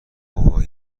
بابا